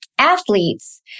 athletes